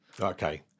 Okay